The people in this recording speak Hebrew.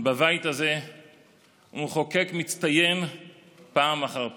בבית הזה ומחוקק מצטיין פעם אחר פעם.